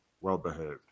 well-behaved